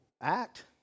act